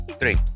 three